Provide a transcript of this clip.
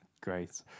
Great